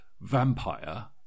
Vampire